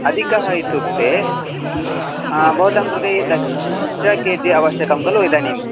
अदिकः इत्युक्ते भवतां कृते दश के जि आवश्यकं खलु इदानीं